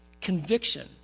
conviction